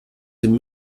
dem